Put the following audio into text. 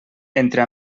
entre